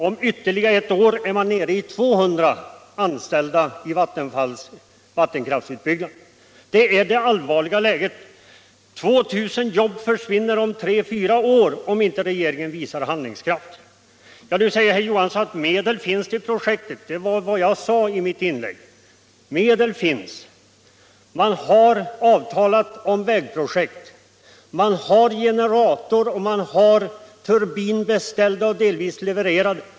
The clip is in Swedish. Om ytterligare ett år är man nere i 200 anställda i Vattenfalls vattenkraftsutbyggnad. Det är det allvarliga läget. 2 000 jobb försvinner om tre å fyra år, om inte regeringen visar handlingskraft. Nu säger herr Johansson att medel finns till projektet. Det sade jag också i mitt inlägg. Medel finns, man har träffat avtal om vägprojekt, man har beställt generatorer och turbin, och dessa är delvis levererade.